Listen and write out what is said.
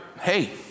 hey